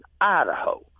Idaho